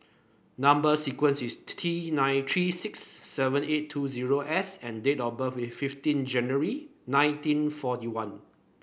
number sequence is T nine three six seven eight two zero S and date of birth is fifteen January nineteen forty one